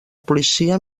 policia